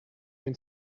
been